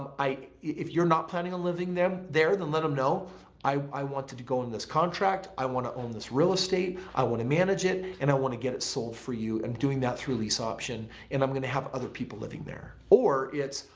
i, if you're not planning on living them there then let them know i wanted to go in this contract i want to own this real estate i want to manage it and i want to get it sold for you and doing that through lease option and i'm going to have other people living there. or it's,